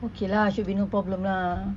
okay lah should be no problem lah